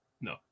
No